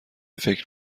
فکر